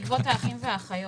יש לי שאלה בעקבות האחים והאחיות.